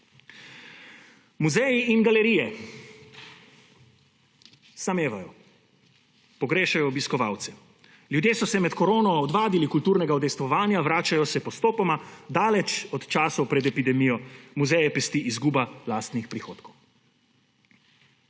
Muzeji in galerije samevajo, pogrešajo obiskovalce. Ljudje so se med korono odvadili kulturnega udejstvovanja, vračajo se postopoma, daleč od časov pred epidemijo, muzeje pesti izguba lastnih prihodkov.